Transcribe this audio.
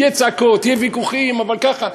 יהיו צעקות, יהיו ויכוחים, אבל ככה.